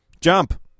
Jump